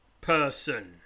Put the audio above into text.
person